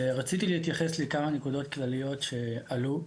רציתי להתייחס לכמה נקודות כלליות שעלו.